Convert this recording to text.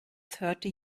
thirty